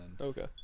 Okay